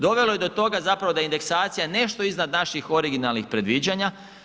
Dovelo je do toga je indeksacija nešto iznad naših originalnih predviđanja.